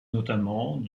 notamment